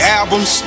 albums